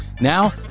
Now